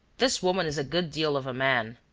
this woman is a good deal of a man!